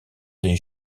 des